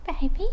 Baby